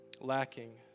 lacking